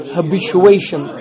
habituation